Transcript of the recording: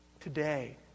Today